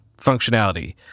functionality